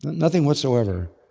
nothing whatsoever.